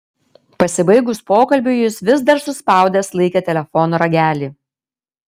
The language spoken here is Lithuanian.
pasibaigus pokalbiui jis vis dar suspaudęs laikė telefono ragelį